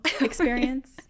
experience